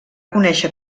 conèixer